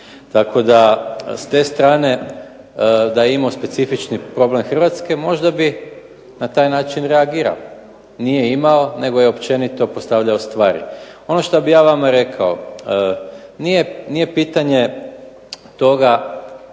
Tako da, s te strane da je imao specifični problem Hrvatske možda bi na taj način reagirao. Nije imao nego je općenito postavljao stvari. Ono što bi ja vama rekao, nije pitanje toga